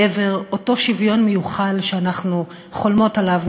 לעבר אותו שוויון מיוחל שאנחנו חולמות עליו,